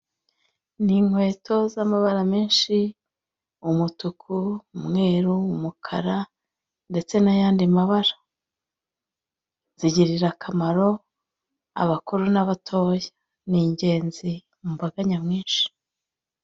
Ni inkweto z'amabara menshi umutuku, umweru, umukara ndetse n'ayandi mabara. Zigirira akamaro abakuru n'abatoya ni ingenzi mu mbaga nyamwinshi.